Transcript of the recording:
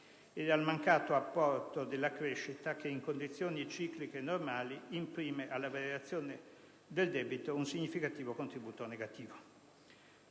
e dal mancato apporto della crescita, che in condizioni cicliche normali imprime alla variazione del debito un significativo contributo negativo.